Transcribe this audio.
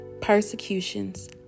persecutions